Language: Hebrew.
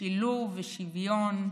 שילוב ושוויון,